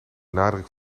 nadruk